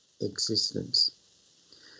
existence